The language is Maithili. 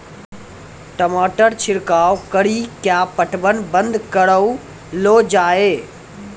टमाटर छिड़काव कड़ी क्या पटवन बंद करऽ लो जाए?